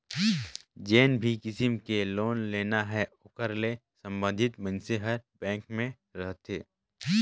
जेन भी किसम के लोन लेना हे ओकर ले संबंधित मइनसे हर बेंक में रहथे